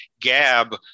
Gab